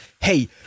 hey